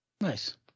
Nice